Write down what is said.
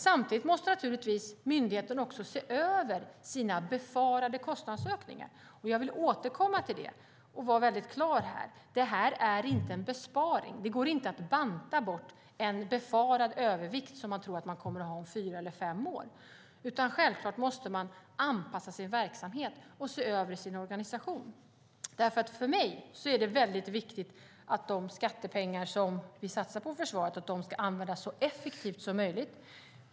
Samtidigt måste myndigheten se över sina befarade kostnadsökningar. Jag vill återkomma till det och vara väldigt klar här. Det är inte en besparing. Det går inte att banta bort en befarad övervikt som man tror att man kommer att ha om fyra eller fem år. Självklart måste man anpassa sin verksamhet och se över sin organisation. För mig är det väldigt viktigt att de skattepengar som vi satsar på försvaret ska användas så effektivt som möjligt.